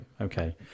Okay